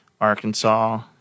Arkansas